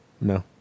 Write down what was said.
No